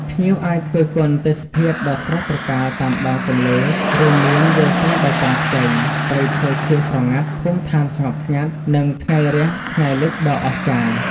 ភ្ញៀវអាចគយគន់ទេសភាពដ៏ស្រស់ត្រកាលតាមដងទន្លេ រួមមានវាលស្រែបៃតងខ្ចី ព្រៃឈើខៀវស្រងាត់ ភូមិដ្ឋានស្ងប់ស្ងាត់ និងថ្ងៃរះ-ថ្ងៃលិចដ៏អស្ចារ្យ។